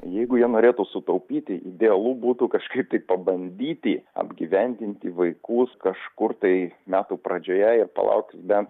jeigu jie norėtų sutaupyti idealu būtų kažkaip tai pabandyti apgyvendinti vaikus kažkur tai metų pradžioje ir palaukti bent